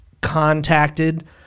contacted